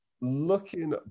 looking